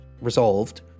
resolved